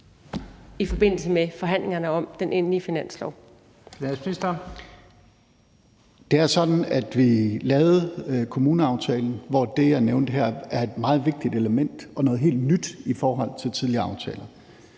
Finansministeren (Nicolai Wammen): Det er sådan, at vi lavede kommuneaftalen, hvor det, jeg nævnte her, er et meget vigtigt element og noget helt nyt i forhold til tidligere aftaler,